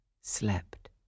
slept